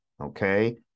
okay